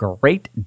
great